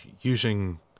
using